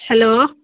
hello